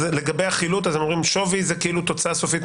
החילוט אתם אומרים ששווי זה כאילו תוצאה סופית,